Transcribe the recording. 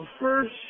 first